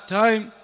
time